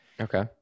Okay